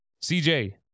CJ